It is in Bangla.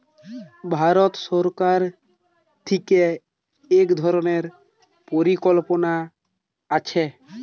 ভারত সরকার থিকে এক ধরণের পরিকল্পনা আছে